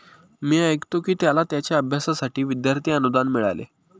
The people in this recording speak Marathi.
मी ऐकतो की त्याला त्याच्या अभ्यासासाठी विद्यार्थी अनुदान मिळाले